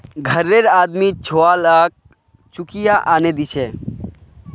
घररे आदमी छुवालाक चुकिया आनेय दीछे